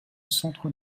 centre